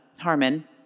Harmon